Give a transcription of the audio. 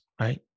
right